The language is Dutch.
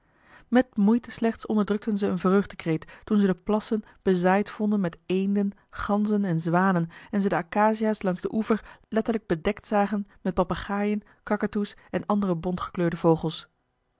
met moeite slechts onderdrukten ze een vreugdekreet toen ze de plassen bezaaid vonden met eenden ganzen en zwanen en ze de acacia's langs den oever letterlijk bedekt zagen met papegaaien kakatoes en andere bont gekleurde vogels